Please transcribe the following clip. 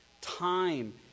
time